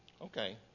Okay